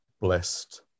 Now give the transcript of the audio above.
blessed